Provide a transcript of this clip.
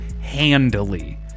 handily